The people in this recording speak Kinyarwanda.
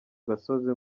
gasozi